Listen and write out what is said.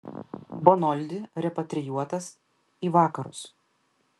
bonoldi repatrijuotas į vakarus